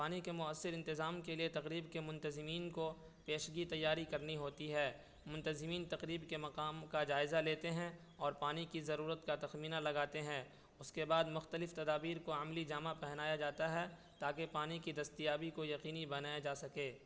پانی کے مؤثر انتظام کے لیے تقریب کے منتظمین کو پیشگی تیاری کرنی ہوتی ہے منتظمین تقریب کے مقام کا جائزہ لیتے ہیں اور پانی کی ضرورت کا تخمینہ لگاتے ہیں اس کے بعد مختلف تدابیر کو عملی جامہ پہنایا جاتا ہے تاکہ پانی کی دستیابی کو یقینی بنایا جا سکے